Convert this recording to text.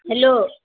hello